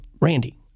Randy